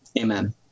Amen